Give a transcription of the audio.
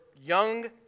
young